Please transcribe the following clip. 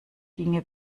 ginge